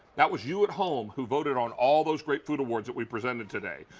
that was you at home who voted on all those great fruit awards that we presented today.